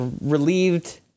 relieved